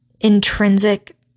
intrinsic